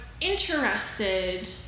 interested